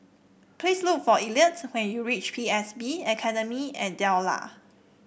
please look for Elliott when you reach P S B Academy at Delta